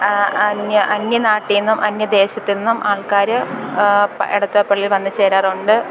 അന്യ അന്യ നാട്ടിൽ നിന്നും അന്യ ദേശത്തു നിന്നും ആൾക്കാർ എടത്വ പള്ളിൽ വന്നു ചേരാറുണ്ട്